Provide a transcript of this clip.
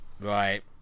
Right